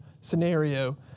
scenario